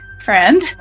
friend